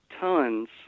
tons